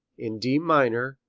in d minor,